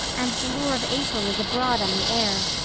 and the lure of april is abroad on the air.